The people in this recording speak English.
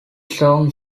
song